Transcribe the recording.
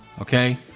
Okay